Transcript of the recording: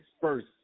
first